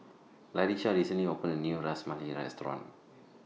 Laisha recently opened A New Ras Malai Restaurant